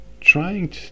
trying